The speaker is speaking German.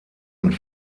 und